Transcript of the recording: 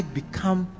become